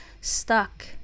stuck